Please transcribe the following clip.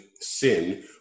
sin